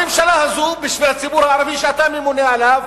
הממשלה הזו, בשביל הציבור הערבי שאתה ממונה עליו